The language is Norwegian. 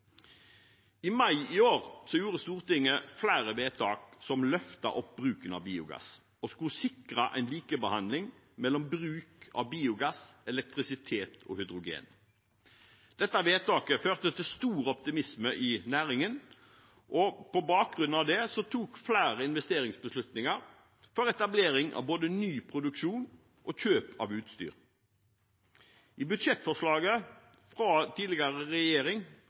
I mai i år gjorde Stortinget flere vedtak som løftet opp bruken av biogass og skulle sikre en likebehandling mellom bruk av biogass, elektrisitet og hydrogen. Dette vedtaket førte til stor optimisme i næringen, og på bakgrunn av det tok flere investeringsbeslutninger for etablering av både ny produksjon og kjøp av utstyr. I budsjettforslaget fra tidligere regjering